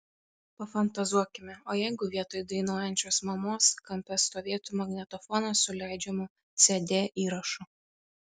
pafantazuokime o jeigu vietoj dainuojančios mamos kampe stovėtų magnetofonas su leidžiamu cd įrašu